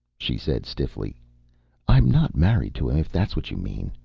she said stiffly i'm not married to him, if that's what you mean.